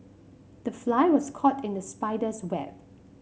the fly was caught in the spider's web